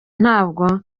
ntabwo